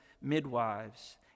midwives